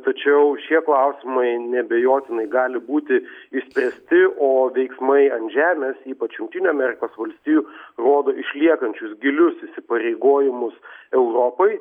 tačiau šie klausimai neabejotinai gali būti išspręsti o veiksmai ant žemės ypač jungtinių amerikos valstijų rodo išliekančius gilius įsipareigojimus europai